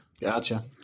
Gotcha